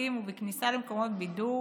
בשירותים ובכניסה למקומות בידור